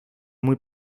muy